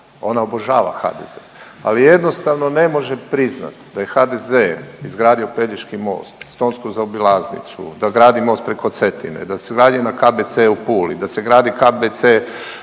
Ona obožava HDZ, ali jednostavno ne može priznat da je HDZ izgradio Pelješki most, Stonsku zaobilaznicu, da gradi most preko Cetine, da se gradi KBC u Puli, da se gradi KBC